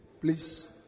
please